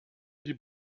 die